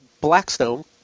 Blackstone